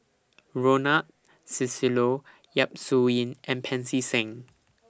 Ronald Susilo Yap Su Yin and Pancy Seng